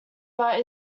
but